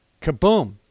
Kaboom